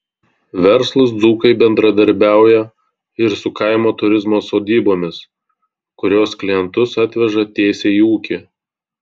verslūs dzūkai bendradarbiauja ir su kaimo turizmo sodybomis kurios klientus atveža tiesiai į ūkį